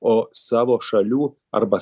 o savo šalių arba